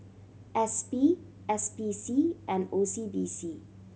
S P S P C and O C B C